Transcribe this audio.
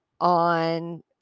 on